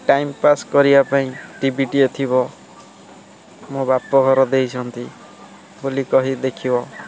timepass କରିବା ପାଇଁ ଟିଭିଟିଏ ଥିବ ମୋ ବାପଘର ଦେଇଛନ୍ତି ବୋଲି କହି ଦେଖିବ